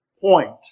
point